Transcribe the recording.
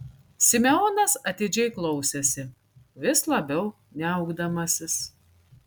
simeonas atidžiai klausėsi vis labiau niaukdamasis